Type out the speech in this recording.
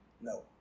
No